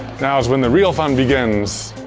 now is when the real fun begins.